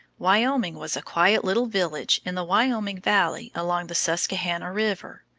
wyoming was a quiet little village in the wyoming valley along the susquehanna river.